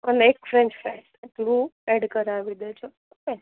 અને એક french fries એટલું એડ કરાવી દેજો ઓકે